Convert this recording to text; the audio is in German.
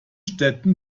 städte